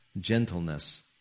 gentleness